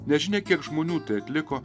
nežinia kiek žmonių tai atliko